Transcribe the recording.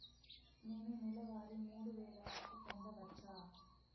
నేను నెల వారి మూడు వేలు అప్పు పొందవచ్చా?